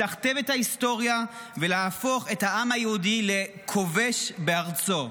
לשכתב את ההיסטוריה ולהפוך את העם היהודי לכובש בארצו.